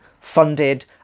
funded